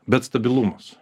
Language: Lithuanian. bet stabilumas